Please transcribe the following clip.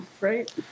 right